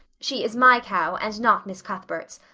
she is my cow and not miss cuthbert's.